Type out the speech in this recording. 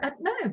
no